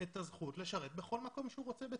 את הזכות לשרת בכל מקום שהוא רוצה בצה"ל.